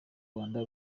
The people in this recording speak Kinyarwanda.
rwanda